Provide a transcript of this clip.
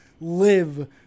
live